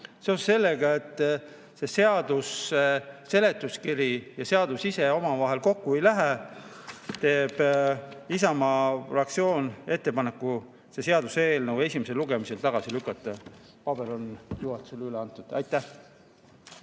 sellega, et seletuskiri ja seadus omavahel kokku ei lähe, teeb Isamaa fraktsioon ettepaneku see seaduseelnõu esimesel lugemisel tagasi lükata. Paber on juhatusele üle antud. Aitäh!